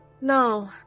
No